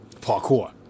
Parkour